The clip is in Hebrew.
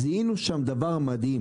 זיהינו שם דבר מדהים